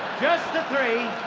just the three.